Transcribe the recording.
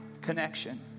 connection